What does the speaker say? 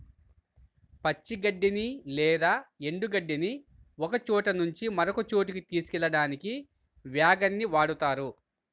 పచ్చి గడ్డి లేదా ఎండు గడ్డిని ఒకచోట నుంచి మరొక చోటుకి తీసుకెళ్ళడానికి వ్యాగన్ ని వాడుతారు